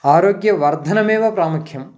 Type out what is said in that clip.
आरोग्यवर्धनमेव प्रामुख्यम्